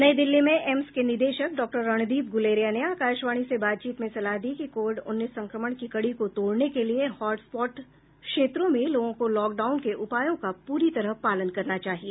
नई दिल्ली में एम्स के निदेशक डॉक्टर रणदीप गुलेरिया ने आकाशवाणी से बातचीत में सलाह दी कि कोविड उन्नीस संक्रमण की कड़ी को तोडने के लिए हॉटस्पॉट क्षेत्रों में लोगों को लॉकडाउन के उपायों का पूरी तरह पालन करना चाहिए